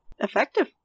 Effective